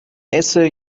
esse